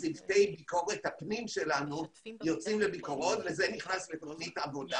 צוותי ביקורת הפנים שלנו יוצאים לביקורות וזה נכנס לתיק עבודה